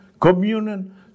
communion